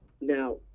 Now